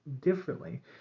differently